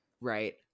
right